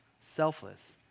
selfless